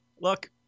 Look